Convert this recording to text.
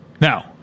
Now